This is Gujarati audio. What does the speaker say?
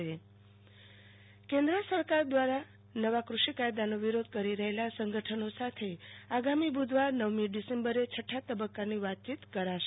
આરતી ભદ્દ કૃષિ કાયદા વિરોધ કેન્દ્ર સરકારના નવા કૃષિ કાયદાનો વિરોધ કરી રહેલા સંગઠનો સાથે આગામી બુ ધવાર નવમી ડિસેમ્બરે છઠ્ઠા તબક્કાની વાતચીત કરશે